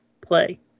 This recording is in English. play